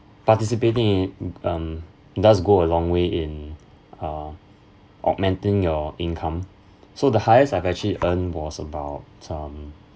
participating in um does go a long way in uh augmenting your income so the highest I've actually earned was about some